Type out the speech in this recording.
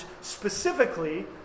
specifically